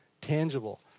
tangible